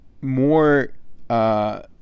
more